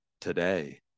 today